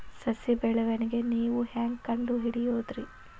ಸಸಿ ಬೆಳವಣಿಗೆ ನೇವು ಹ್ಯಾಂಗ ಕಂಡುಹಿಡಿಯೋದರಿ?